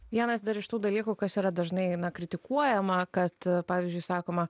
vienas dar iš tų dalykų kas yra dažnai na kritikuojama kad pavyzdžiui sakoma